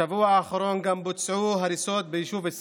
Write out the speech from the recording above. בשבוע האחרון בוצעו הריסות ביישובים אלסייד,